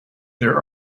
there